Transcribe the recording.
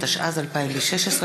התשע"ז 2016,